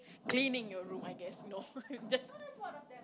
cleaning your room I guess no just